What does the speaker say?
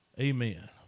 Amen